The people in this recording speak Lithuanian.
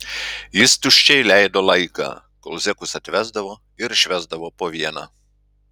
jis tuščiai leido laiką kol zekus atvesdavo ir išvesdavo po vieną